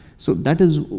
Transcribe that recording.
so that is